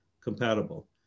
compatible